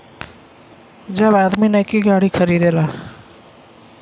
जब आदमी नैकी गाड़ी खरीदेला